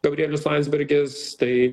gabrielius landsbergis tai